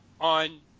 on